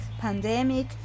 pandemic